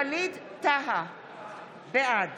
ווליד טאהא, בעד